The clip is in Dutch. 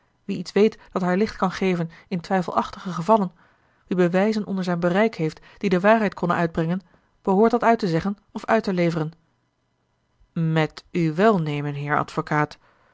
wie iets weet dat haar licht kan geven in twijfelachtige gevallen wie bewijzen onder zijn bereik heeft die de waarheid konnen uitbrengen behoort dat uit te zeggen of uit te leveren met uw welnemen heer advocaat